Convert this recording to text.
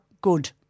good